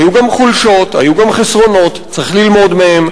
היו גם חולשות, היו גם חסרונות, צריך ללמוד מהם.